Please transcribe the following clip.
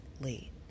late